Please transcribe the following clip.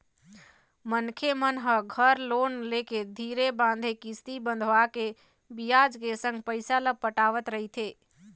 मनखे मन ह घर लोन लेके धीरे बांधे किस्ती बंधवाके बियाज के संग पइसा ल पटावत रहिथे